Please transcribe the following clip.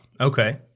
Okay